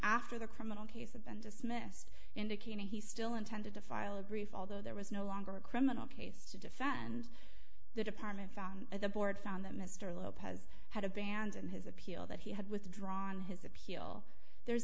after the criminal case had been dismissed indicating he still intended to file a brief although there was no longer a criminal case to defend the department found at the board found that mr lopez had abandoned his appeal that he had withdrawn his appeal there's